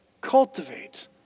Cultivate